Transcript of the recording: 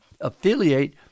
affiliate